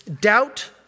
doubt